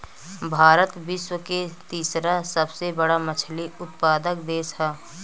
भारत विश्व के तीसरा सबसे बड़ मछली उत्पादक देश ह